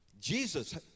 Jesus